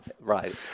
right